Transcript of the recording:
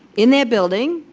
in that building,